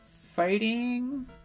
Fighting